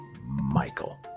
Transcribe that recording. Michael